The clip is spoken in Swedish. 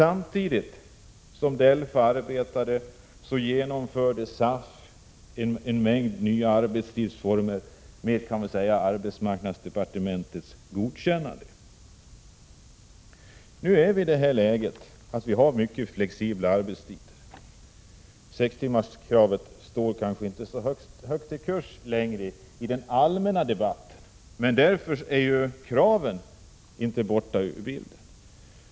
Under denna tid genomförde också SAF en mängd nya arbetstidsreformer med, kan man säga, arbetsmarknadsdepartementets godkännande. Nu är vi i det läget att vi har mycket flexibla arbetstider. Sextimmarskravet står kanske inte så högt i kurs längre i den allmänna debatten. Men det innebär inte att kravet är borta ur bilden.